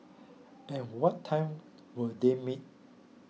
at what time will they meet